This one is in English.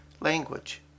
language